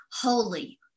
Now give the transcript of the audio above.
holy